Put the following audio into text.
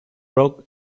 rock